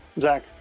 Zach